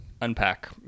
unpack